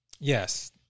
Yes